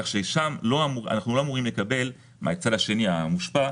כך ששם אנחנו לא אמורים לקבל מהצד המושפע